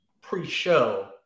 pre-show